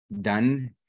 done